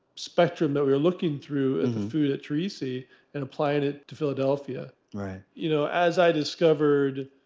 spectrum that we were looking through at the food at torrisi and applying it to philadelphia you know as i discovered